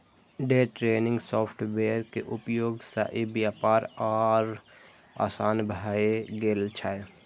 day trading software के उपयोग सं ई व्यापार आर आसान भए गेल छै